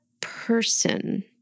person